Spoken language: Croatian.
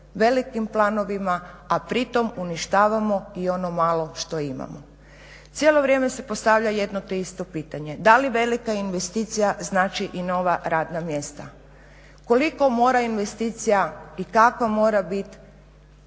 velikim planovima, a pri tom uništavamo i ono malo što imamo. Cijelo vrijeme se postavlja jedno te isto pitanje da li velika investicija znači i nova radna mjesta, koliko mora investicija i kakva mora biti